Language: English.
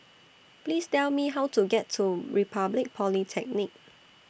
Please Tell Me How to get to Republic Polytechnic